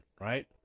Right